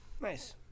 Nice